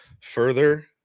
further